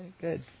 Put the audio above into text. good